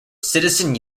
citizen